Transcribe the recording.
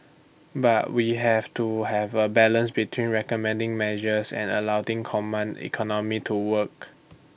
but we have to have A balance between recommending measures and command economy to work